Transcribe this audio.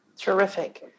Terrific